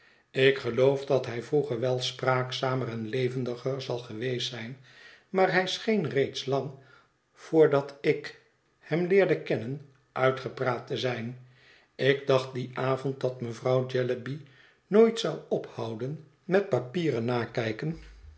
ik geloof dat hij vroeger wel spraakzamer en levendiger zal geweest zijn maar hij scheen reeds lang voor dat ik hem leerde kennen uitgepraat te zijn ik dacht dien avond dat mevrouw jellyby nooit zou ophouden met papieren nakijken